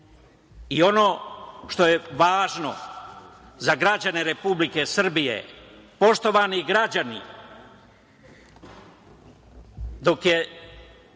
što je važno za građane Republike Srbije, poštovani građani, dok je